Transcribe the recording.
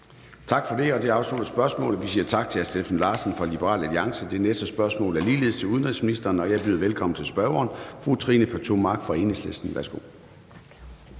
Tak for det. Det afslutter spørgsmålet, og vi siger tak til hr. Steffen Larsen fra Liberal Alliance. Det næste spørgsmål er ligeledes til udenrigsministeren, og jeg byder velkommen til spørgeren, fru Trine Pertou Mach fra Enhedslisten.